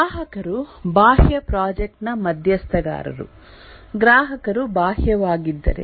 ಗ್ರಾಹಕರು ಬಾಹ್ಯ ಪ್ರಾಜೆಕ್ಟ್ ನ ಮಧ್ಯಸ್ಥಗಾರರು ಗ್ರಾಹಕರು ಬಾಹ್ಯವಾಗಿದ್ದರೆ